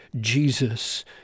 Jesus